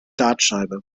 dartscheibe